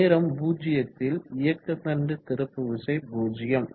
நேரம் 0 ல் இயக்க தண்டு திருப்பு விசை 0